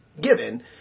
given